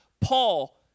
Paul